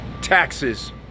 taxes